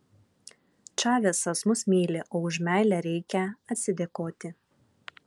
čavesas mus myli o už meilę reikia atsidėkoti